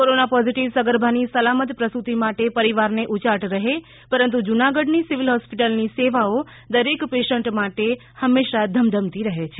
corona positive સગર્ભાની સલામત પ્રસુતી માટે પરિવારને ઉચાટ રહે પરંતુ જુનાગઢની સિવિલ હોસ્પિટલની સેવાઓ દરેક પેશન્ટ માટે હંમેશા ધમધમતી રહે છે